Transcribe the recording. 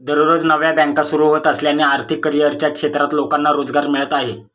दररोज नव्या बँका सुरू होत असल्याने आर्थिक करिअरच्या क्षेत्रात लोकांना रोजगार मिळत आहे